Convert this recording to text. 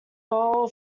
goal